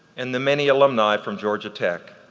and the many alumni from georgia tech.